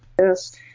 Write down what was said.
yes